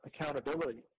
accountability